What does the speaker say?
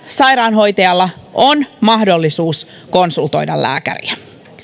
sairaanhoitajalla on aina mahdollisuus konsultoida lääkäriä